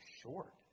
short